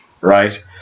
right